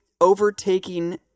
overtaking